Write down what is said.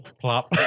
Plop